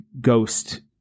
ghost